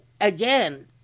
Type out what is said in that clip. again